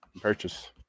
purchase